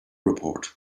report